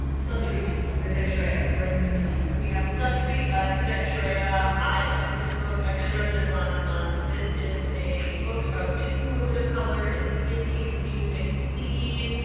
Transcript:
the subtweet by vivek shraya starts and ends in t. we have the subtweet by vivek shraya. i loved this book. i just read this last month. this is a book about two womxn of colour in the indie music scene.